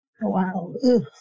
Wow